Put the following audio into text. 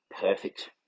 perfect